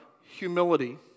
humility